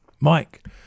mike